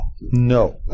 No